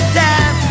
time